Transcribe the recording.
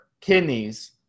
kidneys